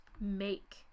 make